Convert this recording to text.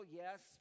yes